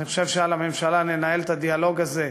אני חושב שעל הממשלה לנהל את הדיאלוג הזה בשקט,